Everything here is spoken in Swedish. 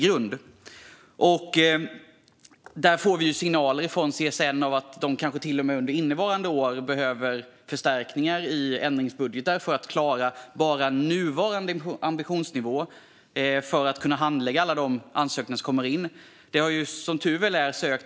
Från CSN får vi signaler om att de kanske redan under innevarande år behöver förstärkningar i ändringsbudgetar för att klara nuvarande ambitionsnivå och för att kunna handlägga alla de ansökningar som kommer in.